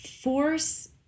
force